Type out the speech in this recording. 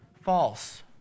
False